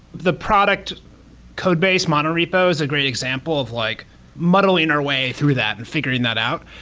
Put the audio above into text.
the product codebase mono repo is a great example of like muddling our way through that and figuring that out.